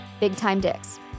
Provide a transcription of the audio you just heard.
BigTimeDicks